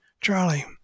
Charlie